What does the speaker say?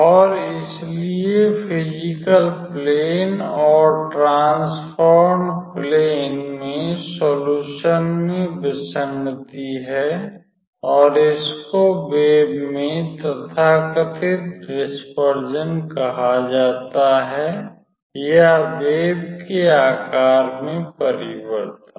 और इसलिए physical plane और ट्रांसफॉर्म्ड प्लेन में सोल्यूशन में विसंगति है और इसको वेव में तथाकथित डिस्पर्जन कहा जाता है या वेव के आकार में परिवर्तन